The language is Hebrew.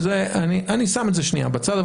אני שם את זה שנייה בצד,